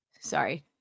Sorry